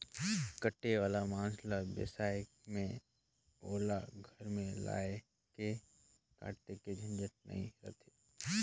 कटे वाला मांस ल बेसाए में ओला घर में लायन के काटे के झंझट नइ रहें